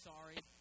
sorry